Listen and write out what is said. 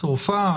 צרפת,